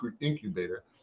incubator